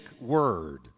word